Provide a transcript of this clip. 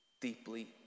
deeply